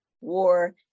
war